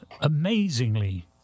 amazingly